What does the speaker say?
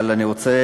אבל אני רוצה